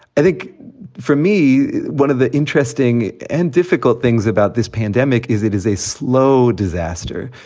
i think for me, one of the interesting and difficult things about this pandemic is it is a slow disaster.